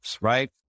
right